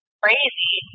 crazy